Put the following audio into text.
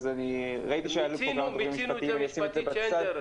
אני אשים את זה בצד,